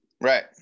right